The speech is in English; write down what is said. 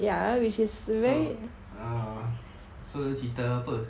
so uh so cerita apa